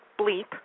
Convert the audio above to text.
bleep